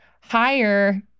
higher